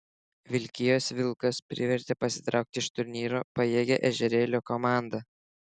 vilkijos vilkas privertė pasitraukti iš turnyro pajėgią ežerėlio komandą